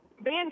Ben